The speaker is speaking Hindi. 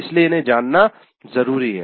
इसलिए इन्हें जानना जरूरी है